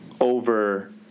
Over